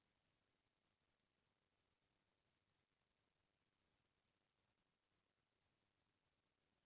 धान, गहूँ म जादा नफा नइ होवत हे त दार वाला फसल ल ले सकत हे